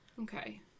Okay